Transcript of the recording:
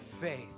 faith